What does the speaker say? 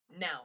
now